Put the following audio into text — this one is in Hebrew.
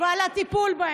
ועל הטיפול בהן,